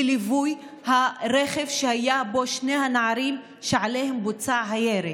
בליווי הרכב שהיו בו שני הנערים שעליהם בוצע הירי?